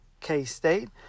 K-State